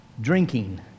Drinking